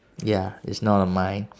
ya it's not on mine